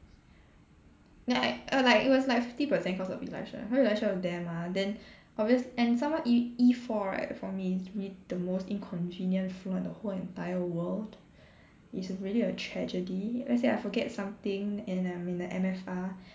like err like it was like fifty percent because of Elisha you know Elisha was there mah then obvious and some more E E four right for me is really the most inconvenient floor in the whole entire world is really a tragedy let's say I forget something and I'm in the M_F_R